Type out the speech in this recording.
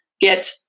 get